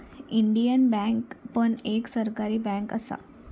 Indian bank पण एक सरकारी बँक असा